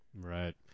right